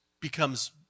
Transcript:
becomes